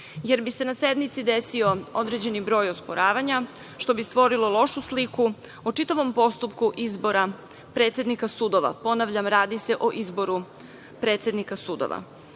jer bi se na sednici desio određeni broj osporavanja, što bi stvorilo lošu sliku o čitavom postupku izbora predsednika sudova. Ponavljam, radi se o izboru predsednika sudova. Naše